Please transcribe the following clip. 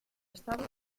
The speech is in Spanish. estado